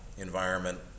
Environment